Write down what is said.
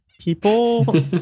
People